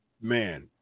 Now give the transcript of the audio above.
Man